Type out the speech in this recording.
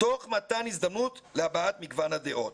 תוך מתן הזדמנות להבעת מגוון הדעות".